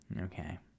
okay